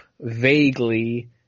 Vaguely